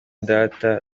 data